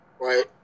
right